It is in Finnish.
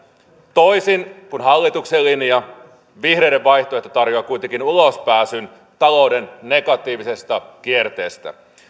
toisin kuin hallituksen linja vihreiden vaihtoehto tarjoaa kuitenkin ulospääsyn talouden negatiivisesta kierteestä